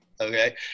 Okay